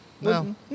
No